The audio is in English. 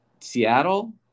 Seattle